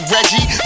Reggie